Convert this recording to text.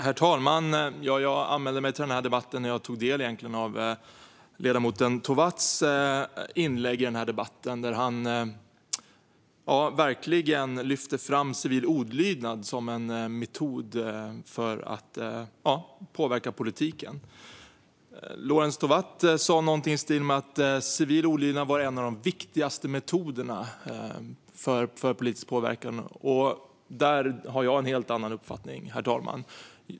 Herr talman! Jag anmälde mig till debatten när jag tog del av ledamoten Tovatts inlägg, där han lyfte fram civil olydnad som en metod för att påverka politiken. Lorentz Tovatt sa någonting i stil med att civil olydnad är en av de viktigaste metoderna för politisk påverkan. Där har jag en helt annan uppfattning, herr talman.